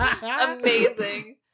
Amazing